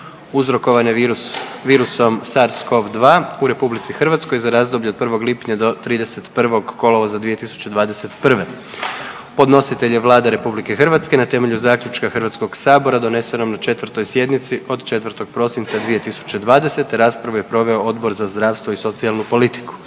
uzrokovane virusom SARS-COV-2 u Republici Hrvatskoj za razdoblje od 1. lipnja do 31. kolovoza 2021. Podnositelj je Vlada RH na temelju Zaključka Hrvatskog sabora donesenom na 4. sjednici od 4. prosinca 2020. Raspravu je proveo Odbor za zdravstvo i socijalnu politiku.